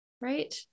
right